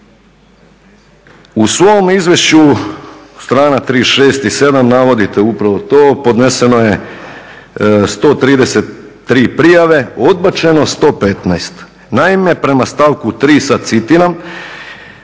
U svom izvješću, str. 36. i 37., navodite upravo to, podneseno je 133 prijave, odbačeno 115. Naime, prema stavku 3., sad citiram,